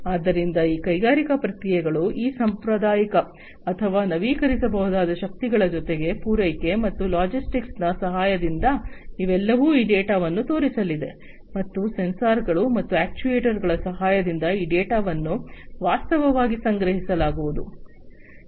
ಆದ್ದರಿಂದ ಈ ಕೈಗಾರಿಕಾ ಪ್ರಕ್ರಿಯೆಗಳು ಈ ಸಾಂಪ್ರದಾಯಿಕ ಅಥವಾ ನವೀಕರಿಸಬಹುದಾದ ಶಕ್ತಿಗಳ ಜೊತೆಗೆ ಪೂರೈಕೆ ಮತ್ತು ಲಾಜಿಸ್ಟಿಕ್ಸ್ನ ಸಹಾಯದಿಂದ ಇವೆಲ್ಲವೂ ಈ ಡೇಟಾದಲ್ಲಿ ತೋರಿಸಲಿವೆ ಮತ್ತು ಸೆನ್ಸಾರ್ಗಳು ಮತ್ತು ಅಕ್ಚುಯೆಟರ್ಸ್ಗಳ ಸಹಾಯದಿಂದ ಈ ಡೇಟಾವನ್ನು ವಾಸ್ತವವಾಗಿ ಸಂಗ್ರಹಿಸಲಾಗುವುದು